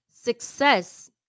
Success